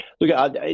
Look